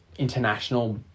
international